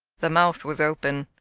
the mouth was open.